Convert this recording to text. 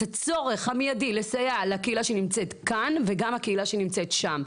הצורך המיידי לסייע לקהילה שנמצאת כאן ולקהילה שנמצאת שם.